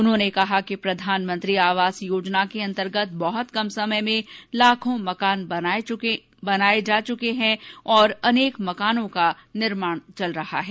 उन्होंने कहा कि प्रधानमंत्री आवास योजना के अंतर्गत बहुत कम समय में लाखों मकान बनाए जा चुके हैं और अनेक मकानों का निर्माण चल रहा है